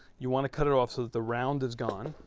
you want to cut it off so that the round is gone,